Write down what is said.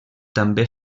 també